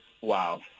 wow